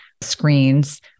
screens